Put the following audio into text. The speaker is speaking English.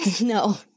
No